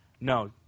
No